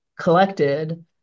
collected